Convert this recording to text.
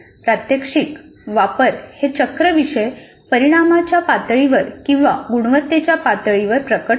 प्रात्यक्षिक वापर हे चक्र विषय परिणामाच्या पातळीवर किंवा गुणवत्तेच्या पातळीवर प्रकट होते